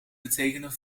betekenen